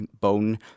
bone